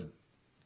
a